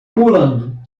pulando